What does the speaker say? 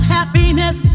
happiness